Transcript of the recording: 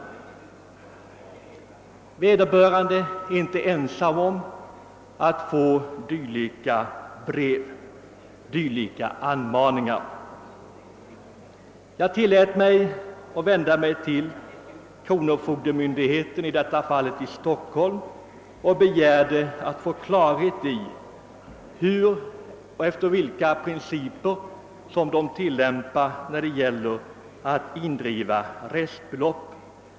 Vederbörande är inte ensam om att ha erhållit en dylik anmaning. Åtskilliga restförda skattförda har fått dylika krav med hot om exekutiva åtgärder. Jag tillät mig att vända mig till kronofogdemyndigheten, i detta fall i Stockholm, och begära att få klarhet i vilka principer som tillämpas vid indrivningen av restbelopp.